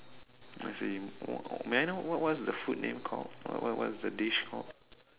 as in what may I know what what is the food name called or what what is the dish called